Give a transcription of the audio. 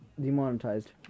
demonetized